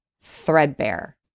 threadbare